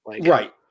Right